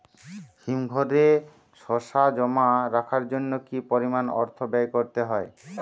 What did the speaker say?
হিমঘরে শসা জমা রাখার জন্য কি পরিমাণ অর্থ ব্যয় করতে হয়?